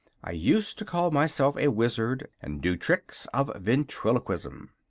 i used to call myself a wizard, and do tricks of ventriloquism.